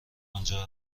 آنجا